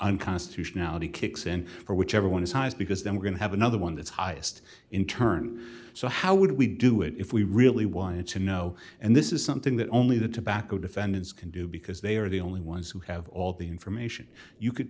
unconstitutionality kicks in for whichever one is highest because then we're going to have another one that's highest in turn so how would we do it if we really wanted to know and this is something that only the tobacco defendants can do because they are the only ones who have all the information you could